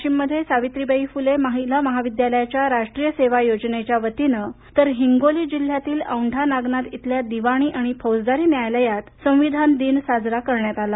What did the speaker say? वाशीममध्ये सावित्रीबाई फुले महिला महाविद्यालयाच्या राष्ट्रीय सेवा योजनेच्या वतीने तर हिंगोली जिल्ह्यातील औंढा नागनाथ इथल्या दिवाणी आणि फौजदारी न्यायालयात संविधान दिन साजरा करण्यात आला